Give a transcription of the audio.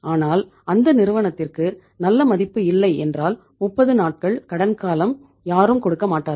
ஆனால் அந்த நிறுவனத்திற்கு நல்ல மதிப்பு இல்லை என்றால் 30 நாட்கள் கடன் காலம் யாரும் கொடுக்க மாட்டார்கள்